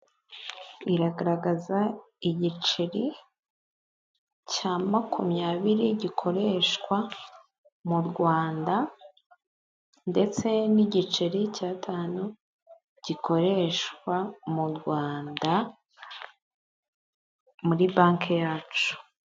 Iragaragaza igiceri cya makumyabiri gikoreshwa mu Rwanda ndetse n'igiceri cy'atanu gikoreshwa mu Rwanda muri banki yacu.